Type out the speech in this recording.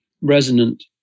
resonant